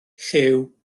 llyw